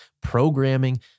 programming